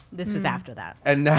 this was after that. and